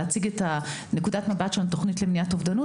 להציג את נקודת המבט של תוכנית למניעת אובדנות